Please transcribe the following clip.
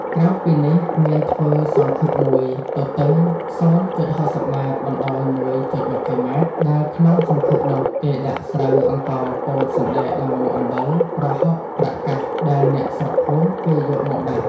ក្រៅពីនេះមានធ្វើសង្ឃឹកមួយ ទទឹង ០.៦០ម បណ្តោយ ១.២០ម ដែលក្នុងសង្ឃឹកនោះ គេដាក់ស្រូវ អង្ករ ពោត សណ្តែក ល្ង អំបិល ប្រហុក ប្រាក់កាស ដែលអ្នកស្រុកភូមិគេយកមកដាក់ ។